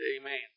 Amen